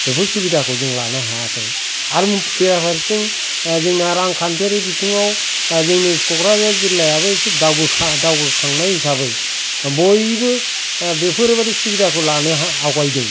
बेफोर सुबिदाखाै जों लानो हायाखै आर बेराफारसेथिं जोंना रांखान्थियारि बिथिंआव जोंनि क'क्राझार जिल्लायाबो ऐसे दाबोखा दावबोखांनाय हिसाबै बयबो बेफोर बायदि सुबिदाखाै लानो हाथावबाय जों